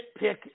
nitpick